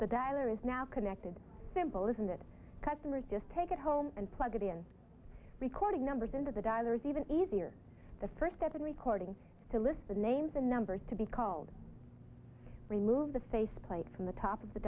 the dial or is now connected simple isn't that customers just take it home and plug it in record numbers into the dialer is even easier that first step in recording to list the names and numbers to be called remove the faceplate from the top of the